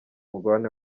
mugabane